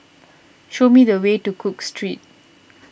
show me the way to Cook Street